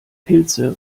pilze